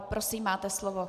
Prosím, máte slovo.